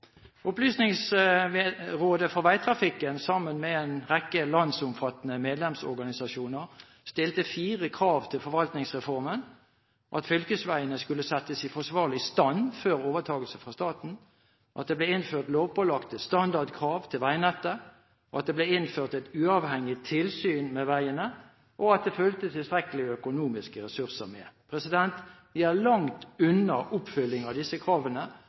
Opplysningsrådet for Veitrafikken, sammen med en rekke landsomfattende medlemsorganisasjoner, stilte fire krav til Forvaltningsreformen: at fylkesveiene skulle settes i forsvarlig stand før overtakelsen fra staten at det ble innført lovpålagte standardkrav til veinettet at det ble innført et uavhengig tilsyn med veiene at det fulgte tilstrekkelig med økonomiske ressurser med Vi er langt unna oppfylling av disse kravene